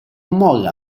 molla